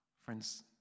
Friends